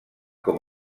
com